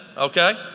okay.